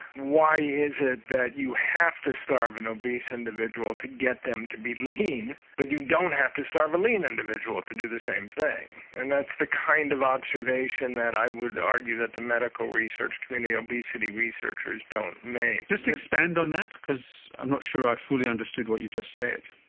why is it that you have to starve an obese individual to get them to be lean, but you don't have to starve a lean individual to do the same thing? and that's the kind of observation that i would argue that the medical research community, obesity researchers, don't make. just expand on that, because i'm not sure i fully understood what you've just said.